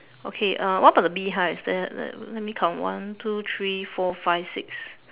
okay uh what about the beehives there are there are let me count one two three four five six